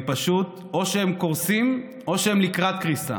פשוט, או שהם קורסים או שהם לקראת קריסה.